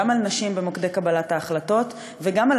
גם על נשים במוקדי קבלת ההחלטות וגם על